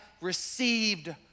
received